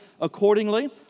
accordingly